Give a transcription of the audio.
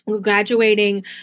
graduating